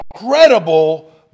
incredible